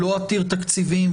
הוא לא עתיר תקציבים,